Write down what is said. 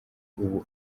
ubu